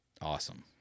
awesome